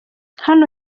hano